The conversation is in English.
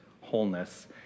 wholeness